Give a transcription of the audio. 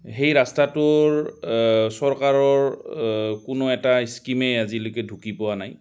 সেই ৰাস্তাটোৰ চৰকাৰৰ কোনো এটা স্কিমেই আজিলৈকে ঢুকি পোৱা নাই